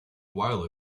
while